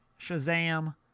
shazam